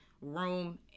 room